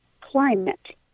climate